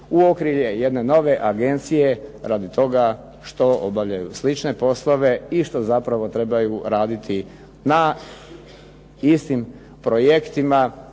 u okrilje jedne nove agencije radi toga što obavljaju slične poslove i što zapravo trebaju raditi na istim projektima.